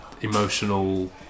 emotional